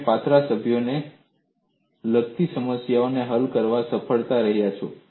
તમે પાતળા સભ્યોને લગતી સમસ્યાઓ હલ કરવામાં સફળ રહ્યા છો